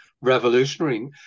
revolutionary